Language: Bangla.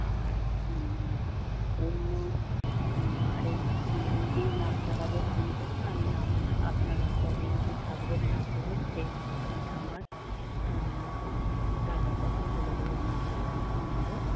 আর অন্য আরেক দিন আসার আগে ফোন করুন আমি আমার আপনারা কদিন কী থাকবেন না থাকবেন সেই মতো আমি আমার টাকার কথা বলে দেবো আমি কীরকম কী নেব